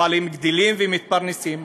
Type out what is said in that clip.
אבל הן גדלות ומתפרנסות,